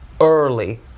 early